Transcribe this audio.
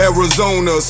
Arizona